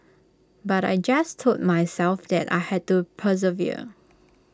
but I just told myself that I had to persevere